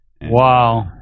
Wow